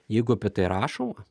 jeigu apie tai rašoma